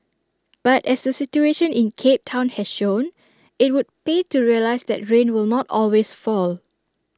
but as the situation in cape Town has shown IT would pay to realise that rain will not always fall